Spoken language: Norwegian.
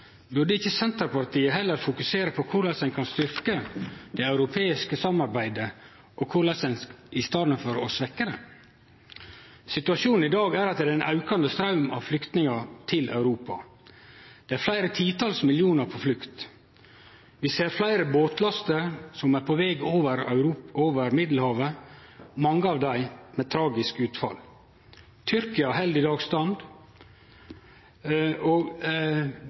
burde ikkje Senterpartiet heller fokusere på korleis ein kan styrkje det europeiske samarbeidet i staden for å svekkje det? Situasjonen i dag er at det er ein aukande straum av flyktningar til Europa. Det er fleire titals millionar på flukt. Vi ser fleire båtlaster som er på veg over Middelhavet – mange av dei med tragisk utfall. Tyrkia held i dag stand.